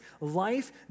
life